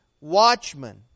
watchmen